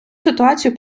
ситуацію